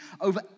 over